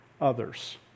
others